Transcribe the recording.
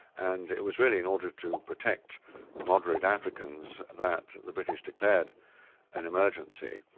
and it was really in order to protect moderate africans that the british declared an emergency.